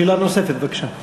שאלה נוספת, בבקשה.